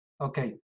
okay